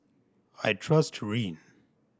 I trust Rene